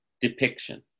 depiction